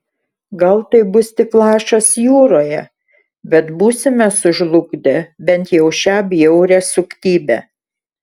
gal tai bus tik lašas jūroje bet būsime sužlugdę bent jau šią bjaurią suktybę